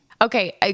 Okay